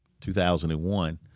2001